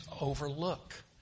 overlook